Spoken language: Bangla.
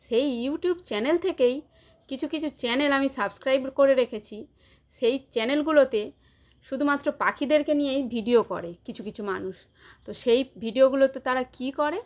সেই ইউটিউব চ্যানেল থেকেই কিছু কিছু চ্যানেল আমি সাবস্ক্রাইব করে রেখেছি সেই চ্যানেলগুলোতে শুধুমাত্র পাখিদেরকে নিয়েই ভিডিও করে কিছু কিছু মানুষ তো সেই ভিডিওগুলোতে তারা কী করে